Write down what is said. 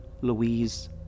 Louise